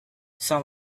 some